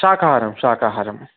शाकाहारं शाकाहारं